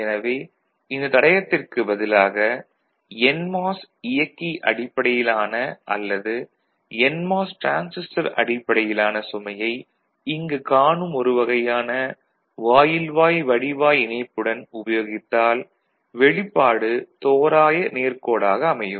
எனவே இந்த தடையத்திற்குப் பதிலாக என்மாஸ் இயக்கி அடிப்படையிலான அல்லது என்மாஸ் டிரான்சிஸ்டர் அடிப்படையிலான சுமையை இங்கு காணும் ஒரு வகையான வாயில்வாய் வடிவாய் இணைப்புடன் உபயோகித்தால் வெளிப்பாடு தோராய நேர்க்கோடாக அமையும்